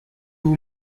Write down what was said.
vous